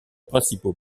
principaux